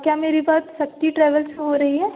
क्या मेरी बात शक्ति ट्रैवल से हो रही है